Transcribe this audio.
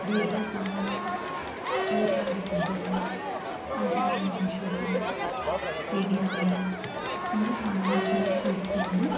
Birbal Sahni Yellapragada Subbarao Panchanan Maheshwari C V Raman ఇంకా చాలామంది గురించి తెలుసుకున్నాను